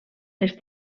les